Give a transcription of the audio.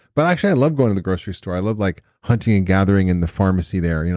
but actually i love going to the grocery store. i love like hunting and gathering in the farmacy there. you know